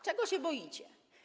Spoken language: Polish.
Czego się boicie?